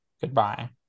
Goodbye